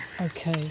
Okay